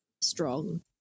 strong